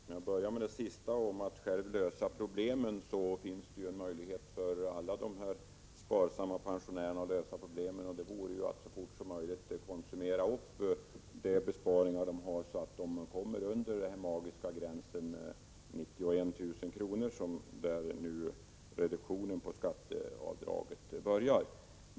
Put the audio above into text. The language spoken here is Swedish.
Herr talman! När det gäller det som finansministern sade sist om att man själv skall lösa problemen vill jag framhålla att det finns en möjlighet för alla "de sparsamma pensionärerna att lösa sina problem genom att så fort som möjligt konsumera de besparingar de har så att de hamnar under den magiska gränsen 91 000 kr., där reduktionen av det extra avdraget börjar.